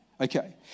okay